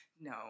No